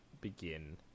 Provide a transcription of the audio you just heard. begin